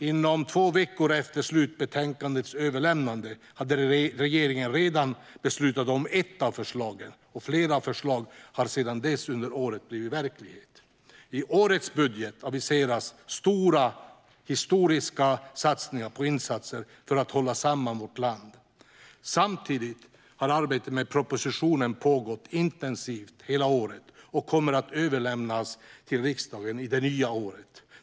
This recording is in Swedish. Inom två veckor efter slutbetänkandets överlämnande hade regeringen redan beslutat om ett av förslagen, och flera förslag har sedan dess blivit verklighet under året. I årets budget aviseras stora historiska satsningar på insatser för att hålla samman vårt land. Samtidigt har arbetet med propositionen pågått intensivt hela året, och den kommer att överlämnas till riksdagen på det nya året.